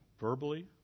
verbally